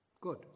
Good